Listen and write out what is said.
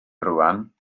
rŵan